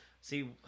See